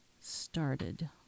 started